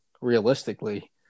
realistically